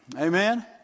Amen